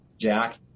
Jack